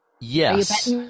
Yes